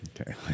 Okay